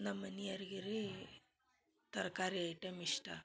ನಮ್ಮ ಮನಿಯವರ್ಗೆ ರೀ ತರಕಾರಿ ಐಟಮ್ ಇಷ್ಟ